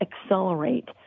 accelerate